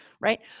Right